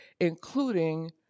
including